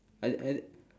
I I